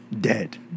dead